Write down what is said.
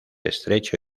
estrecho